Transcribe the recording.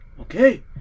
Okay